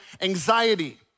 anxiety